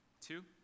Two